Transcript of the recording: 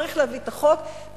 צריך להביא את החוק,